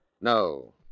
No